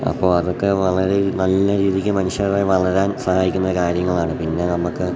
അപ്പോൾ അതൊക്കെ വളരെ നല്ല രീതിക്ക് മനുഷ്യരായി വളരാൻ സഹായിക്കുന്ന കാര്യങ്ങളാണ് പിന്നെ നമുക്ക്